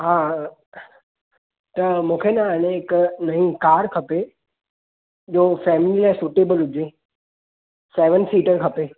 हा त मूंखे न हाणे हिकु नई कार खपे जो फैमिलीअ लाइ सुटेबल हुजे सैवन सीटर खपे